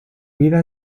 vida